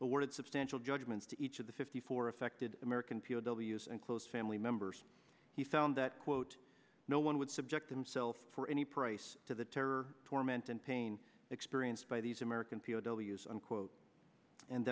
word substantial judgments to each of the fifty four affected american p o w s and close family members he found that quote no one would subject himself for any price to the terror torment and pain experienced by these american p o w s unquote and